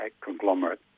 conglomerate